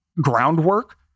groundwork